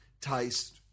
taste